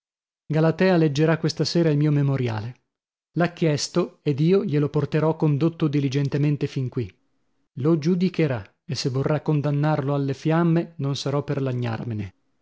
galatea leggerà questa sera il mio memoriale l'ha chiesto ed io glielo porterò condotto diligentemente fin qui lo giudicherà e se vorrà condannarlo alle fiamme non sarò per lagnarmene